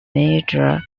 major